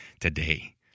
today